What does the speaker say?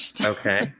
okay